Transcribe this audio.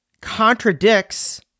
contradicts